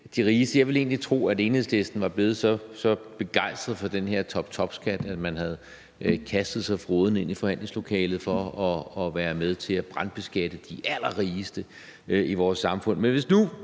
jeg egentlig tro, at Enhedslisten var blevet så begejstret for den her toptopskat, at man havde kastet sig frådende ind i forhandlingslokalet for at være med til at brandbeskatte de allerrigeste i vores samfund.